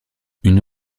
une